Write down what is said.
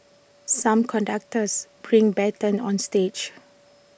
some conductors bring batons on stage